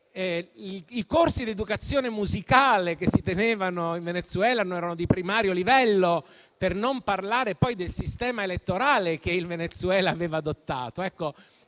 i corsi di educazione musicale che si tenevano in Venezuela erano di primario livello, per non parlare poi del sistema elettorale che il Venezuela aveva adottato. Ecco,